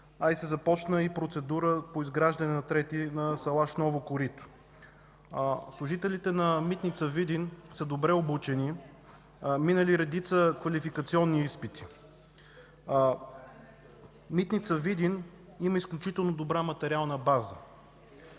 а е започната и процедура по изграждане на трети между Селаш и Ново корито. Служителите на Митница – Видин, са добре обучени, минали са редица квалификационни изпити. Митница – Видин, има изключително добра материална база.